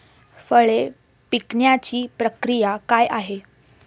फळे पिकण्याची प्रक्रिया काय आहे?